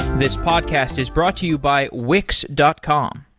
this podcast is brought to you by wix dot com.